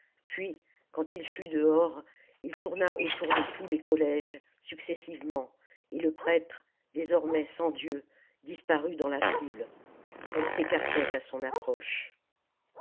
puis quand il fut dehors il tourna autour de tous les collèges successivement et le prêtre désormais sans dieu disparut dans la foule elle s'écartait à son approche